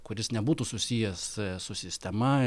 kuris nebūtų susijęs su sistema